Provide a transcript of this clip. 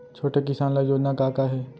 छोटे किसान ल योजना का का हे?